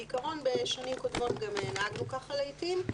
בעיקרון, בשנים הקודמות גם נהגנו כך לעיתים.